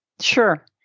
Sure